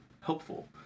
helpful